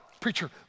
Preacher